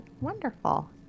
Wonderful